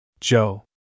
Joe